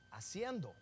haciendo